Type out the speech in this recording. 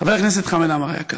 חבר הכנסת חמד עמאר היקר,